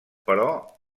però